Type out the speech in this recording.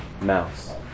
mouse